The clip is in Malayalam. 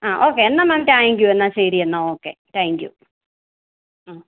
ആ ഓക്കെ എന്നാൽ മാം താങ്ക്യു എന്നാൽ ശരിയെന്നാൽ ഓക്കെ താങ്ക്യു ആ